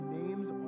names